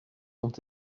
ont